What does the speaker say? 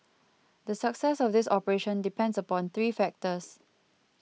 the success of this operation depends upon three factors